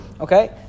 Okay